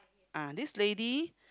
ah this lady